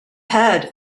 had